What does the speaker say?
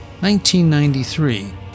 1993